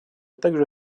также